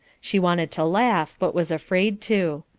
she wanted to laugh but was afraid to.